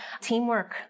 Teamwork